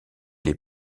les